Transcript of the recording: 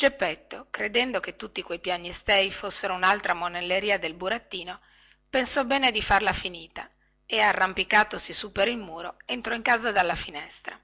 geppetto credendo che tutti questi piagnistei fossero unaltra monelleria del burattino pensò bene di farla finita e arrampicatosi su per il muro entrò in casa dalla finestra